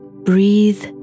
Breathe